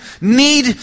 need